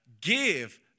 give